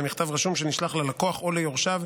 במכתב רשום שנשלח ללקוח או ליורשיו,